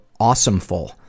Awesomeful